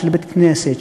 של בית-כנסת,